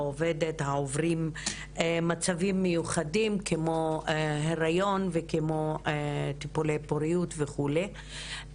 עובדת העוברים מצבים מיוחדים כמו היריון וכמו טיפולי פוריות וכולי